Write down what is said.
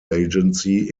agency